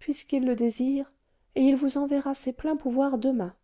puisqu'il le désire et il vous enverra ses pleins pouvoirs demain